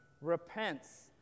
Repents